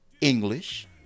English